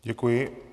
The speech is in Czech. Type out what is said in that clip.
Děkuji.